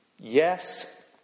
Yes